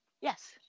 Yes